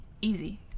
easy